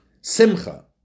Simcha